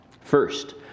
First